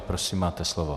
Prosím, máte slovo.